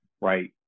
right